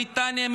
בריטניה,